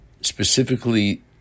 specifically